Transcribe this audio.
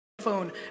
phone